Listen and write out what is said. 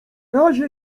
razie